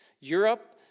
Europe